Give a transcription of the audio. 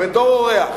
בתור אורח,